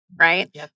right